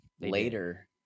Later